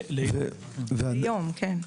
זאת אומרת,